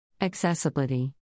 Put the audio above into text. Accessibility